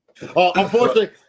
Unfortunately